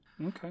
Okay